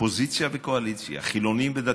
אופוזיציה וקואליציה, חילונים ודתיים,